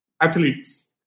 athletes